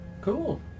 Cool